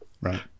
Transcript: Right